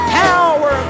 power